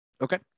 Okay